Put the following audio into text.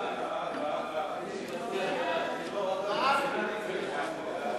הפנים והגנת הסביבה על רצונה להחיל דין רציפות